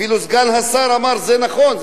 אפילו סגן השר אמר: זה נכון,